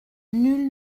nul